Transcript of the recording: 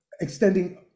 extending